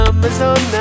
Amazon